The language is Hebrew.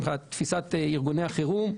מבחינת תפיסת ארגוני החירום,